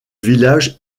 village